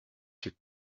took